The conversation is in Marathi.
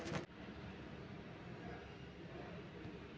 मी रोहितला सांगितले की, मला भातशेती करायची आहे